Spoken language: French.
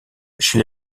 chez